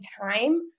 time